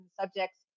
subjects